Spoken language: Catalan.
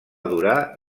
durar